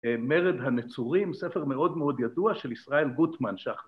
מרד הנצורים, ספר מאוד מאוד ידוע של ישראל גוטמן ש..